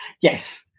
Yes